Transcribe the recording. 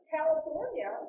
California